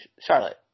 Charlotte